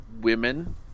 women